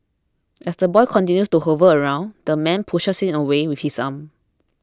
as the boy continues to hover around the man pushes him away with his arm